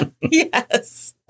Yes